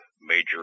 major